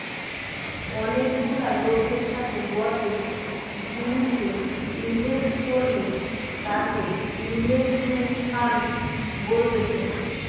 অনেক গুলা লোকের সাথে গটে জিনিসে ইনভেস্ট করলে তাকে ইনভেস্টমেন্ট ফান্ড বলতেছে